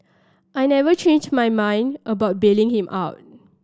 I never changed my mind about bailing him out